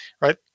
right